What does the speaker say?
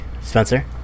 Spencer